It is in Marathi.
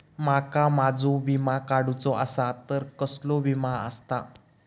माका माझो विमा काडुचो असा तर कसलो विमा आस्ता?